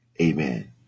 Amen